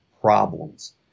problems